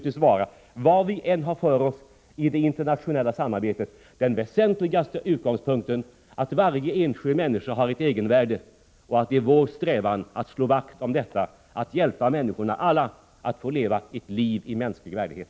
Vad vi än har för oss i det internationella samarbetet, skall naturligtvis den väsentliga utgångspunkten vara att varje enskild människa har ett egenvärde, och det skall vara vår strävan att slå vakt om detta, att hjälpa alla människor att få leva ett liv i mänsklig värdighet.